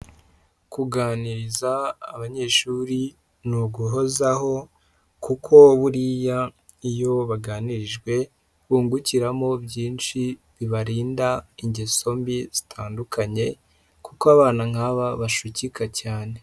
Kuganiriza abanyeshuri ni uguhozaho kuko buriya iyo baganirijwe bungukiramo byinshi bibarinda ingeso mbi zitandukanye kuko abana nk'aba bashukika cyane.